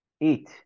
Eat